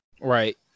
Right